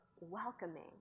welcoming